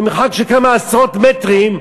במרחק של כמה עשרות מטרים.